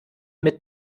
mit